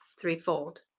threefold